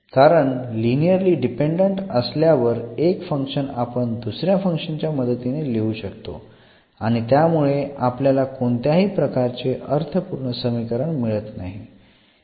कारण linearly dependent असल्यावर एक फंक्शन आपण दुसऱ्या फंक्शनच्या मदतीने लिहू शकतो आणि त्यामुळे आपल्याला कोणत्याही प्रकारचे अर्थपूर्ण समीकरण मिळत नाही